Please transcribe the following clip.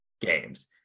games